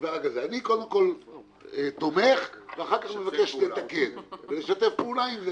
ואני קודם כל תומך ואחר כך מבקש לתקן ולשתף פעולה עם זה,